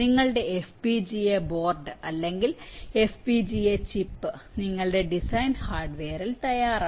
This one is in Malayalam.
നിങ്ങളുടെ FPGA ബോർഡ് അല്ലെങ്കിൽ FPGA ചിപ്പ് നിങ്ങളുടെ ഡിസൈൻ ഹാർഡ്വെയറിൽ തയ്യാറാണ്